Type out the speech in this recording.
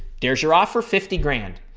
there's your offer, fifty grand.